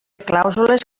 clàusules